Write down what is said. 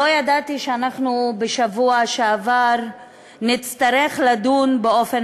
לא ידעתי שבשבוע שעבר נצטרך לדון באופן